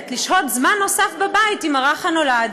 לשהות זמן נוסף בבית עם הרך הנולד.